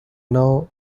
now